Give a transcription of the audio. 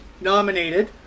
nominated